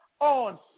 on